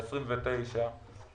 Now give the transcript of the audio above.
ב-29 לחודש,